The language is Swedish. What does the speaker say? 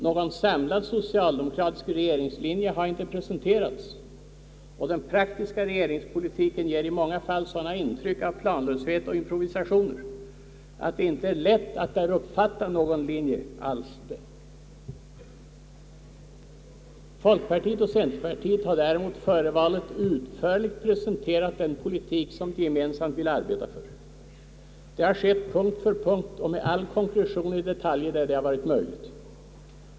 Någon samlad socialdemokratisk regeringslinje har inte presenterats, och den praktiska regeringspolitiken ger i många fall sådana intryck av planlöshet och improvisationer att det sannerligen inte är lätt att uppfatta någon linje där heller. Folkpartiet och centerpartiet har däremot före valet utförligt presenterat den politik som de gemensamt vill arbeta för. Det har skett punkt för punkt och med all konkretion i detaljer där så varit möjligt.